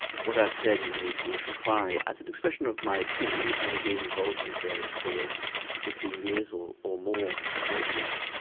what i said in the parliamentary inquiry as an expression of my opinion, having been involved in this area for fifteen years or or more more than that,